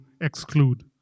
exclude